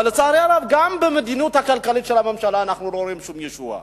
אבל לצערי הרב גם במדיניות הכלכלית של הממשלה אנחנו לא רואים שום ישועה,